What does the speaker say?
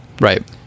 Right